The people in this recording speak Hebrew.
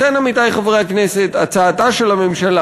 לכן, עמיתי חברי הכנסת, הצעתה של הממשלה